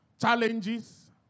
challenges